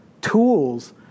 tools